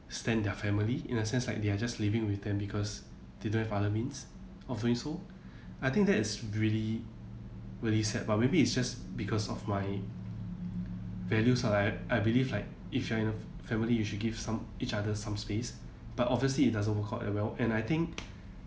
stand their family in a sense like they are just living with them because they don't have other means of doing so I think that is really really sad but maybe it's just because of my values like I I believe like if you are in a family you should give each other some space but obviously it doesn't work out that well and I think